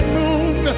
moon